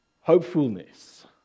hopefulness